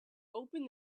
open